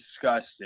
disgusting